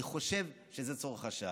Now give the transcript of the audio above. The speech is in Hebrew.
אני חושב שזה צורך השעה.